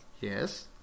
Yes